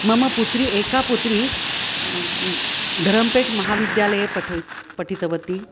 मम पुत्री एका पुत्री धरम्पेट् महाविद्यालये पठितं पठितवती